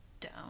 down